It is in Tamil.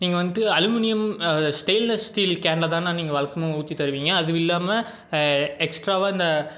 நீங்கள் வந்துட்டு அலுமினியம் ஸ்டெயின்லெஸ் ஸ்டீல் கேனில் தானேண்ணா நீங்கள் வழக்கமாக ஊற்றி தருவிங்க அது இல்லாமல் எக்ஸ்ட்ராவாக இந்த